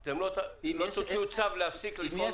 אם לא תוציאו צו להפסיק לפעול --- אם יש